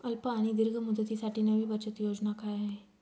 अल्प आणि दीर्घ मुदतीसाठी नवी बचत योजना काय आहे?